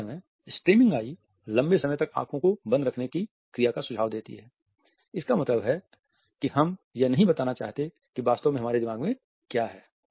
उसी समय स्ट्रेमिंग आईं लंबे समय तक आँखों को बंद रखने की क्रिया का सुझाव देती हैं इसका मतलब है कि हम यह नहीं बताना चाहते हैं कि वास्तव में हमारे दिमाग में क्या है